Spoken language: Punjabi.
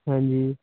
ਹਾਂਜੀ